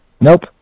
nope